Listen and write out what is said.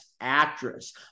actress